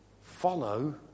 Follow